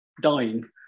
dying